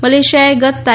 મલેશિયાએ ગત તા